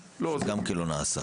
סתם כי זה לא נעשה.